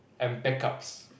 and back ups